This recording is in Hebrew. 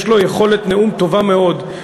יש לו יכולת נאום טובה מאוד,